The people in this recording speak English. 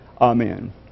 Amen